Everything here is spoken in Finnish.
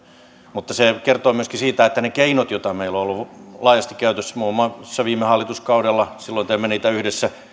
mutta se kertoo myöskin siitä että ne keinot joita meillä on ollut laajasti käytössä muun muassa viime hallituskaudella silloin teimme niitä yhdessä